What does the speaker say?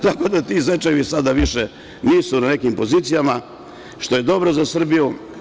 Tako da ti zečevi sada više nisu na nekim pozicijama, što je dobro za Srbiju.